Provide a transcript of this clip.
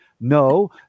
No